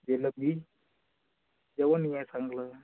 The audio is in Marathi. जिलबी जेवणही आहे चांगलं